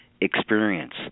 experience